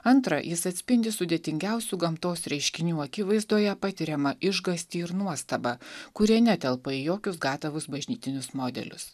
antra jis atspindi sudėtingiausių gamtos reiškinių akivaizdoje patiriamą išgąstį ir nuostabą kurie netelpa į jokius gatavus bažnytinius modelius